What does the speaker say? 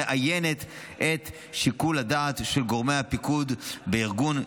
מאיינת את שיקול הדעת של גורמי הפיקוד בארגון,